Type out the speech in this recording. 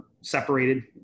separated